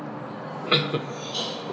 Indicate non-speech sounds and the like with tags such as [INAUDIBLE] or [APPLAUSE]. [NOISE]